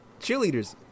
cheerleaders